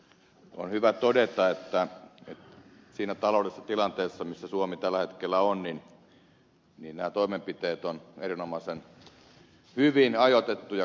on hyvä todeta että siinä taloudellisessa tilanteessa missä suomi tällä hetkellä on nämä toimenpiteet ovat erinomaisen hyvin ajoitettuja ja kohdennettuja